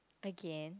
again